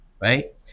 right